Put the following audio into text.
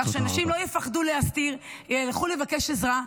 כך שאנשים לא יפחדו ויסתירו אלא ילכו לבקש עזרה,